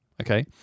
Okay